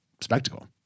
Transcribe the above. spectacle